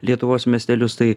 lietuvos miestelius tai